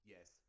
Yes